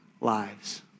lives